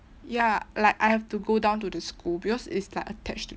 ya like I have to go down to the school because it's like attached to